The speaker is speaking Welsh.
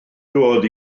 doedd